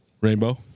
rainbow